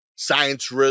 Science